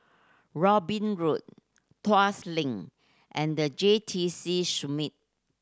Robin Road Tuas Link and The J T C Summit